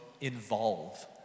involve